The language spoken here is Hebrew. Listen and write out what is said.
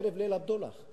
ערב "ליל הבדולח".